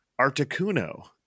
Articuno